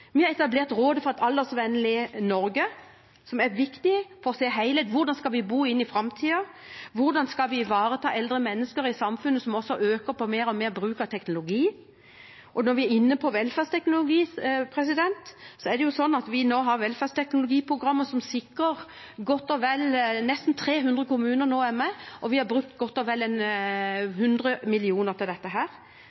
Vi har etablert Råd for et aldersvennlig Norge, som er viktig for å se helheten. Hvordan skal vi bo i framtiden? Hvordan skal vi ivareta eldre mennesker i et samfunn med mer og mer bruk av teknologi? Og når vi er inne på velferdsteknologi, har vi nå velferdsteknologiprogrammer der nesten 300 kommuner er med, og vi har brukt godt og vel 100 mill. kr på dette. Kompetanse var vi innom – 1,5 mrd. kr bruker vi bare på det. Og